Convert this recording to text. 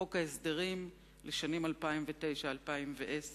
חוק ההסדרים לשנים 2009 ו-2010